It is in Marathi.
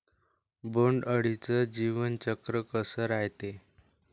बोंड अळीचं जीवनचक्र कस रायते?